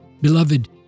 beloved